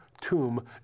tomb